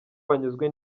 banyuzwe